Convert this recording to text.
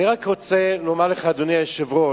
אני רק רוצה לומר לך, אדוני היושב-ראש,